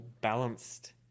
balanced